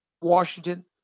Washington